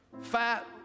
fat